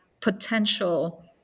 potential